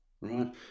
right